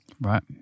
right